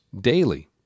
daily